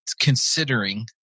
considering